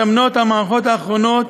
המערכות האחרונות